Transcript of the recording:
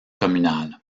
communal